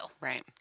Right